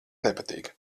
nepatīk